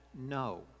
No